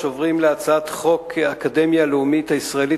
עוברים להצעת חוק האקדמיה הלאומית הישראלית